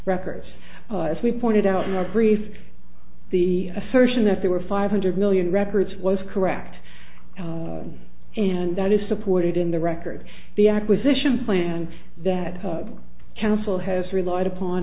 records as we pointed out in our grief the assertion that they were five hundred million records was correct and that is supported in the record the acquisition plan that council has relied upon